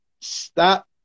stop